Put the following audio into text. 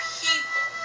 people